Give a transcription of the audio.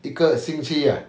一个星期 ah